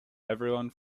everyone